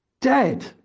dead